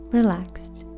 relaxed